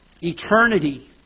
Eternity